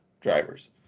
drivers